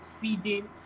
feeding